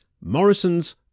Morrison's